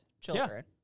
children